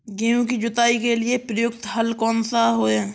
गेहूँ की जुताई के लिए प्रयुक्त हल कौनसा है?